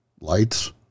lights